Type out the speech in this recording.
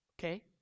Okay